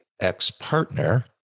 ex-partner